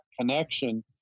connection